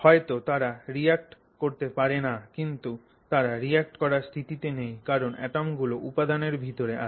হয়তো তারা রিঅ্যাক্ট করতে পারে কিন্তু তারা রিঅ্যাক্ট করার স্থিতিতে নেই কারণ অ্যাটম গুলো উপাদানের ভিতরে আছে